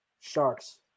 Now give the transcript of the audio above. sharks